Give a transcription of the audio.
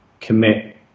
commit